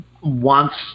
wants